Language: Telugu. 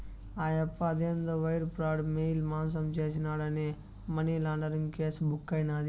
ఆయప్ప అదేందో వైర్ ప్రాడు, మెయిల్ మాసం చేసినాడాని మనీలాండరీంగ్ కేసు బుక్కైనాది